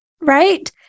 right